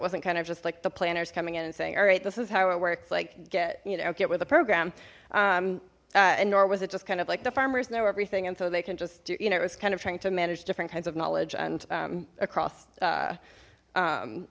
wasn't kind of just like the planners coming in and saying all right this is how it works like get you know get with the program and nor was it just kind of like the farmers know everything and so they can just you know it was kind of trying to manage different kinds of knowledge and across